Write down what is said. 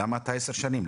למה בחרתם 10 שנים?